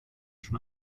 schon